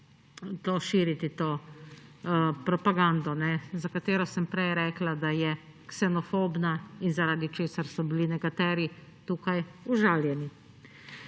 širiti to propagando, za katero sem prej rekla, da je ksenofobna in zaradi česar so bili nekateri tukaj užaljeni.